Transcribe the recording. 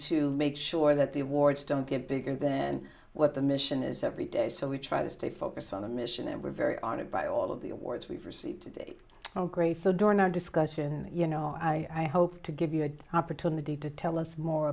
to make sure that the awards don't get bigger than what the mission is every day so we try to stay focused on the mission and we're very honored by all of the awards we've received from grace so during our discussion you know i hope to give you an opportunity to tell us more